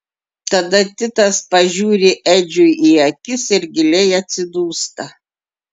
tada titas pažiūri edžiui į akis ir giliai atsidūsta